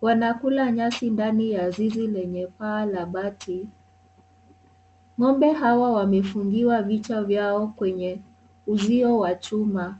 wanakula nyasi ndani ya zizi lenye paa la bati. Ng'ombe hawa wamefungiwa vichwa vyao kwenye uzio wa chuma.